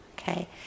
Okay